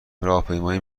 راهپیمایی